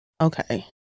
okay